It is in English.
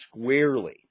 squarely